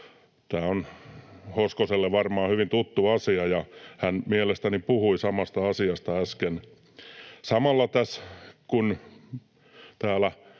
Tämä on Hoskoselle varmaan hyvin tuttu asia, ja hän mielestäni puhui samasta asiasta äsken. Samalla kun täällä